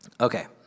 Okay